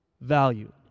value